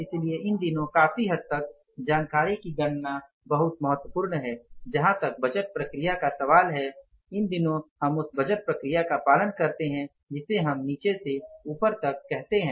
इसलिए इन दिनों काफी हद तक जानकारी की गणना बहुत महत्वपूर्ण है जहाँ तक बजट प्रक्रिया का सवाल है इन दिनों हम उस बजट प्रक्रिया का पालन करते हैं जिसे हम नीचे से ऊपर तक कहते हैं